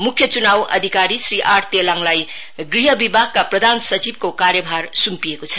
मुख्य चुनाव अधिकारी श्री आर तेलाङलाई ग्रह विभागका प्रधान सचिवको कार्यभार सुम्पिएको छ